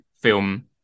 film